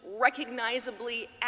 recognizably